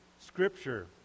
scripture